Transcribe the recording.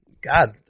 God